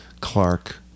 Clark